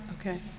Okay